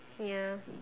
ya